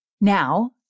Now